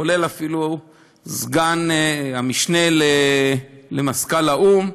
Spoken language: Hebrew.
כולל אפילו המשנה למזכ"ל האו"ם,